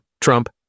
Trump